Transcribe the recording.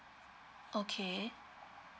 okay